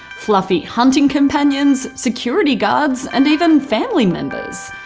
fluffy hunting companions, security guards and even family members.